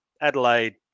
Adelaide